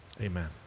amen